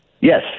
Yes